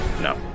no